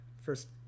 first